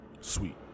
sweet